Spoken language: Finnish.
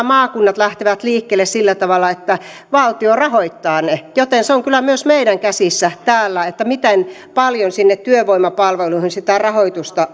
maakunnat lähtevät liikkeelle sillä tavalla että valtio rahoittaa ne joten se on kyllä myös meidän käsissämme täällä miten paljon sinne työvoimapalveluihin sitä rahoitusta